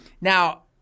Now